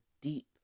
deep